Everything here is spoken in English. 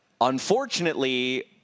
unfortunately